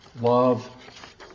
love